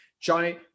Johnny